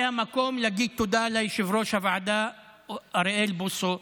זה המקום להגיד תודה ליושב-ראש הוועדה אוריאל בוסו,